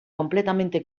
completamente